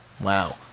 Wow